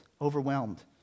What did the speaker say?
overwhelmed